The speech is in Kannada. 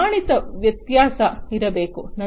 ಪ್ರಮಾಣಿತ ವ್ಯತ್ಯಾಸ ಇರಬೇಕು